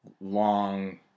long